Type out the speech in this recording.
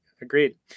Agreed